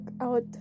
out